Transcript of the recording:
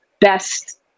best